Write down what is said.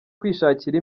kwishakira